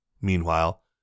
meanwhile